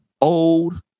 old